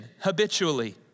habitually